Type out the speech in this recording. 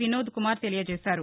వినోద్ కుమార్ తెలియజేశారు